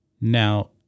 Now